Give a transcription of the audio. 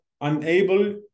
unable